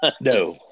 No